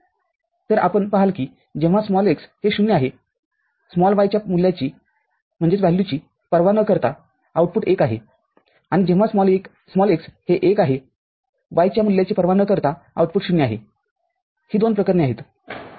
तर आपण पहाल की जेव्हा x हे ० आहे y च्या मूल्याची पर्वा न करता आऊटपुट१ आहे आणि जेव्हा x हे १ आहे y च्या मूल्याची पर्वा न करता आऊटपुट०आहे ही दोन प्रकरणे आहेत